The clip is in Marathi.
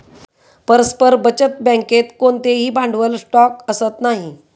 परस्पर बचत बँकेत कोणतेही भांडवल स्टॉक असत नाही